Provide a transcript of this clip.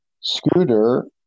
scooter